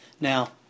Now